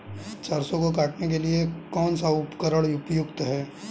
सरसों को काटने के लिये कौन सा उपकरण उपयुक्त है?